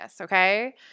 okay